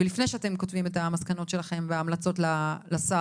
ולפני שאתם כותבים את המסקנות שלכם וההמלצות לשר,